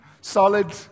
solid